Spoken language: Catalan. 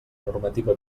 normativa